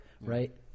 Right